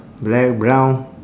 black brown